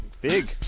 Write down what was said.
Big